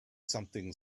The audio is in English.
something